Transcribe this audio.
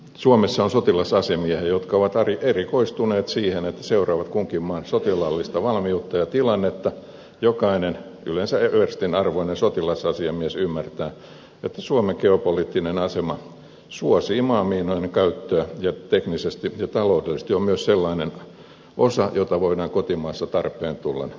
suomessa on sotilasasemia jotka ovat erikoistuneet siihen että seuraavat kunkin maan sotilaallista valmiutta ja tilannetta ja jokainen yleensä everstin arvoinen sotilasasiamies ymmärtää että suomen geopoliittinen asema suosii maamiinojen käyttöä ja teknisesti ja taloudellisesti ne ovat myös sellainen osa jota voidaan kotimaassa tarpeen tullen valmistaa